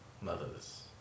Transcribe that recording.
mother's